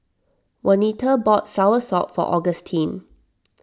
Wanita bought Soursop for Augustine